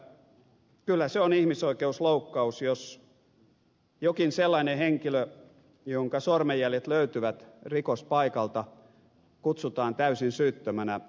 söderman sanoi että kyllä se on ihmisoikeusloukkaus jos joku sellainen henkilö jonka sormenjäljet löytyvät rikospaikalta kutsutaan täysin syyttömänä kuulusteluun